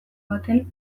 baten